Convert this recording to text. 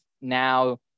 Now